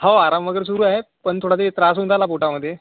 हो आराम वगैरे सुरू आहे पण थोडा ते त्रास होऊन राहिला पोटामध्ये